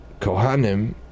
Kohanim